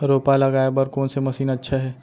रोपा लगाय बर कोन से मशीन अच्छा हे?